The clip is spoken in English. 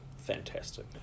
Fantastic